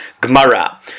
Gemara